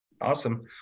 Awesome